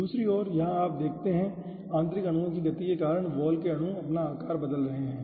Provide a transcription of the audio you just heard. दूसरी ओर यहाँ पर आप देखते हैं आंतरिक अणुओं की गति के कारण वॉल के अणु अपना आकार बदल रहे हैं